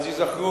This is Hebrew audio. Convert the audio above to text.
אז ייזכרו